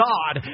God